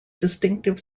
distinctive